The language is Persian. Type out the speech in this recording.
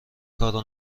کارو